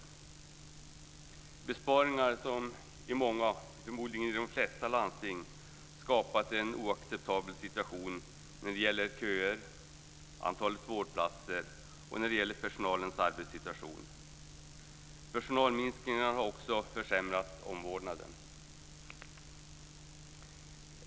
Det är besparingar som i många, förmodligen i de flesta landsting har skapat en oacceptabel situation när det gäller köer, antalet vårdplatser och personalens arbetssituation. Personalminskningen har också försämrat omvårdnaden.